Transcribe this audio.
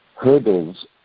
hurdles